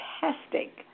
fantastic